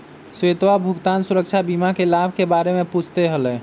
श्वेतवा भुगतान सुरक्षा बीमा के लाभ के बारे में पूछते हलय